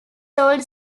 sold